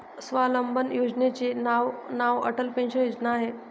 स्वावलंबन योजनेचे नाव अटल पेन्शन योजना आहे